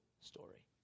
story